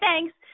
thanks